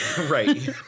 Right